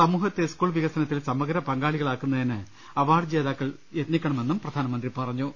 സമൂഹത്തെ സ്കൂൾ വികസന ത്തിൽ സമഗ്ര പങ്കാളികളാക്കുന്നതിന് അവാർഡ് ജേതാക്കൾ പ്രയത്നിക്കണമെന്നും പ്രധാനമന്ത്രി പറഞ്ഞു